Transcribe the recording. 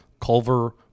Culver